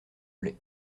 velay